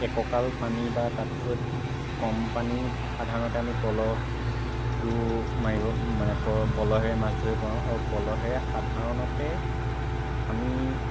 এককাঁল পানী বা তাতকৈ কম পানীত সাধাৰণতে আমি পলহটো মাৰিব মানে পলহেৰে মাছ ধৰিব পাৰোঁ আৰু পলহেৰে সাধাৰণতে আমি